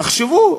תחשבו,